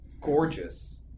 gorgeous